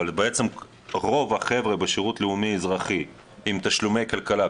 אבל בעצם רוב החבר'ה בשירות לאומי אזרחי עם תשלומי כלכלה,